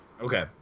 Okay